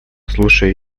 слушая